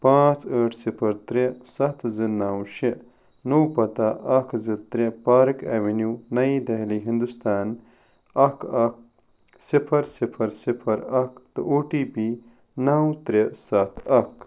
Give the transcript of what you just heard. پانٛژھ ٲٹھ صفر ترٛےٚ ستھ زٕ نَو شےٚ نوٚو پتہ اکھ زٕ ترٛےٚ پارک ایٚونِو نئی دہلی ہنٛدوستان اکھ اکھ صفر صفر صفر اکھ تہٕ او ٹی پی نَو ترٛےٚ سَتھ اکھ